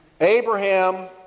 Abraham